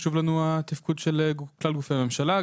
חשוב לנו תפקוד כלל גופי הממשלה.